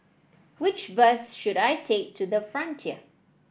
which bus should I take to the Frontier